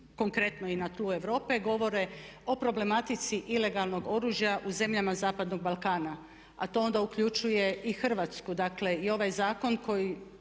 konkretno i na tlu Europe govore o problematici ilegalnog oružja u zemljama zapadnog Balkana. A to onda uključuje i Hrvatsku, dakle i ovaj zakon o